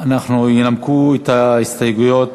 ינמקו את ההסתייגויות,